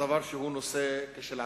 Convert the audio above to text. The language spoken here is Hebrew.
דבר שהוא נושא כשלעצמו,